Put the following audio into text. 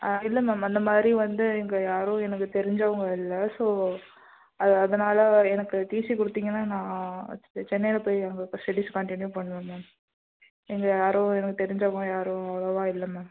ஆ இல்லை மேம் அந்த மாதிரி வந்து இங்கே யாரும் எனக்கு தெரிஞ்சவங்க இல்லை ஸோ அது அதனால எனக்கு டிசி கொடுத்தீங்கன்னா நான் சென்னையில் போய் அங்கே ஸ்டெடீஸ் கண்டிநியூவ் பண்ணுவேன் மேம் இங்கே யாரும் எனக்கு தெரிஞ்சவங்க யாரும் அவ்வளோவா இல்லை மேம்